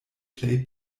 plej